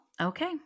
okay